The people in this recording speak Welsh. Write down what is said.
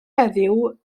heddiw